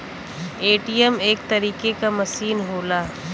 ATM एक तरीके क मसीन होला